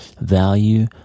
value